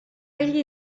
egli